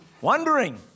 wondering